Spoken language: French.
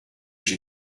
j’ai